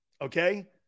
okay